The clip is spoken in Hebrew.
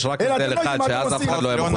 יש רק הבדל אחד, שאז אף אחד לא היה מחוסן.